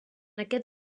aquest